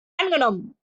angenommen